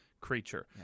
creature